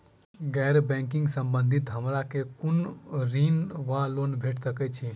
गैर बैंकिंग संबंधित हमरा केँ कुन ऋण वा लोन भेट सकैत अछि?